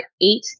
eight